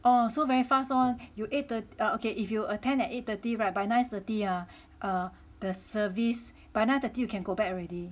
oh so very fast lor you eight thirty oh okay if you attend at eight thirty [right] by nine thirty ah the service by nine thirty you can go back already